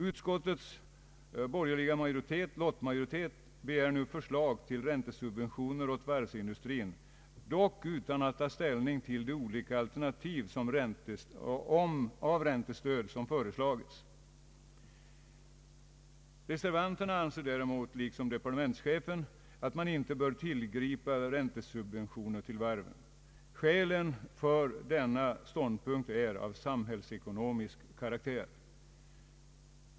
Utskottets borgerliga lottmajoritet begär nu förslag till räntesubventioner åt varvsindustrin, dock utan att ta ställning till de olika alternativ för räntestöd som föreslagits. Reservanterna anser däremot liksom departementschefen att man inte bör tillgripa räntesubventioner till varven. Skälen för denna ståndpunkt är av samhällsekonomisk karaktär.